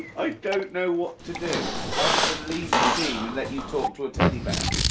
i don't know what to do other than leave the scene and let you talk to a teddy bear.